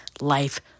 life